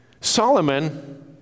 Solomon